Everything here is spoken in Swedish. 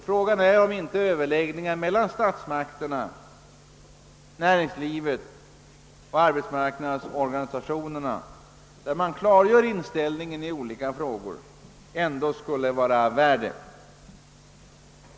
Frågan är om inte överläggningar mellan statsmakterna, näringslivet och arbetsmarknadsorganisationerna, där man klargör inställningen i olika frågor, ändå skulle vara av värde.